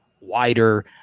wider